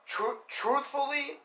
Truthfully